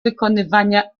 wykonywania